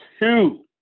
two